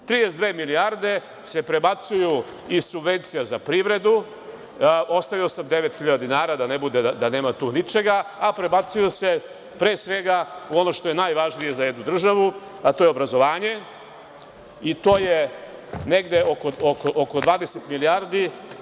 Trideset dve milijarde se prebacuju iz subvencija za privredu, ostavio sam 9.000 dinara da ne bude da nema tu ničega, a prebacuju se, pre svega, u ono što je najvažnije za jednu državu, a to je obrazovanje, i to je negde oko 20 milijardi.